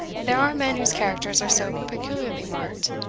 there are men whose characters are so peculiarly marked,